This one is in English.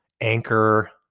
anchor